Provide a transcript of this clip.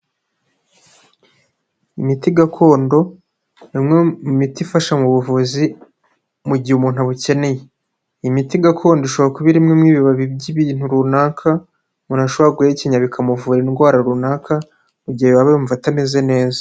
Imiti gakondo imwe mu miti ifasha mu buvuzi mu gihe umuntu abukeneye. Imiti gakondo ishobora kuba irimo ibibabi by'ibintu runaka ,umuntu ashobora guhekenya bikamuvura indwara runaka, mu gihe aba yumva atameze neza.